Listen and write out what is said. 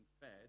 fed